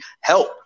help